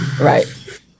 Right